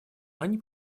они